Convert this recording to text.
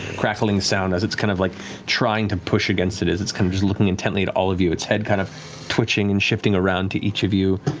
crackling sound as it's kind of like trying to push against it as kind of it's looking intently at all of you, its head kind of twitching and shifting around to each of you.